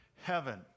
heaven